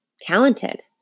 talented